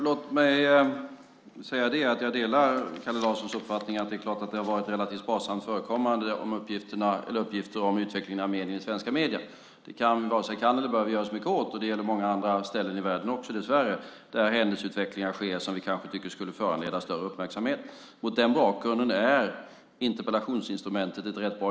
Fru talman! Jag delar Kalle Larssons uppfattning att det har varit relativt sparsamt i svenska medier med uppgifter om utvecklingen i Armenien. Det varken kan eller bör vi göra så mycket åt. Det gäller dessvärre också många andra ställen i världen där det är en händelseutveckling som vi kanske tycker skulle föranleda större uppmärksamhet. Mot den bakgrunden är interpellationsinstrumentet rätt bra.